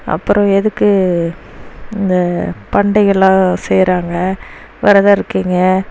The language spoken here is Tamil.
அப்புறம் எதுக்கு இந்த பண்டிகைலாம் செய்கிறாங்க விரதம் இருக்கீங்க